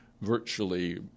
virtually